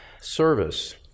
service